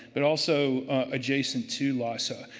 but also adjacent to lhasa.